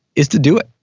is to do it.